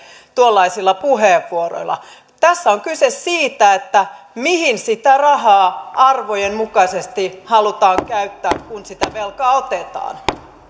tuollaisilla puheenvuoroilla tässä on kyse siitä mihin sitä rahaa arvojen mukaisesti halutaan käyttää kun sitä velkaa otetaan